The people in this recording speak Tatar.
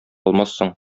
алмассың